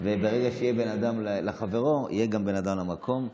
ברגע שיהיה בן אדם לחברו, יהיה גם בן אדם למקום,